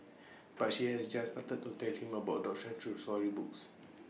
but she has just started to tell him about adoptions through storybooks